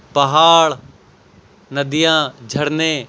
پہاڑ ندیاں جھرنے